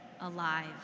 alive